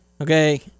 okay